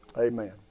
Amen